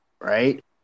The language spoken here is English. right